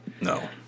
No